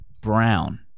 Brown